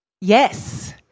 Yes